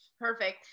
perfect